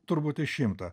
turbūt iš šimto